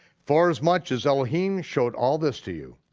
for as much as elohim showed all this to you,